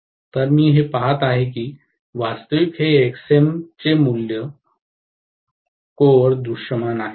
तर मी हे पहात आहे वास्तविक हे Xm व्हॅल्यू कोरचे दृश्यमान आहे